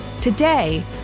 Today